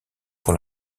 pour